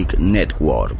Network